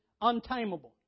untamable